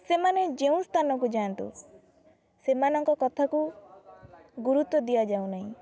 ସେମାନେ ଯେଉଁ ସ୍ଥାନକୁ ଯାଆନ୍ତୁ ସେମାନଙ୍କ କଥାକୁ ଗୁରୁତ୍ବ ଦିଆଯାଉନାହିଁ